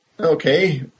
Okay